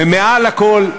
ומעל הכול,